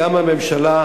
גם הממשלה,